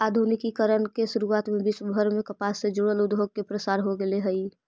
आधुनिकीकरण के शुरुआत से विश्वभर में कपास से जुड़ल उद्योग के प्रसार हो गेल हई